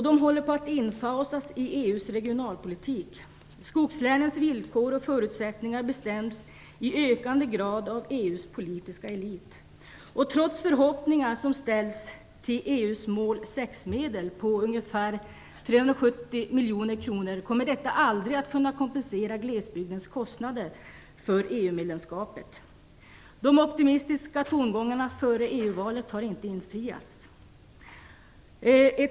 De håller på att infasas i EU:s regionalpolitik. Skogslänens villkor och förutsättningar bestäms i ökande grad av EU:s politiska elit. Trots förhoppningar som ställs till EU:s mål 6 medel på ungefär 370 miljoner kronor kommer detta aldrig att kunna kompensera glesbygdens kostnader för EU-medlemskapet. De optimistiska förhoppningarna före EU-valet har inte infriats.